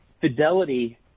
Fidelity